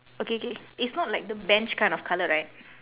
okay okay it's not like the bench kind of colour right